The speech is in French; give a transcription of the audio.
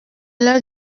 l’heure